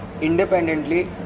independently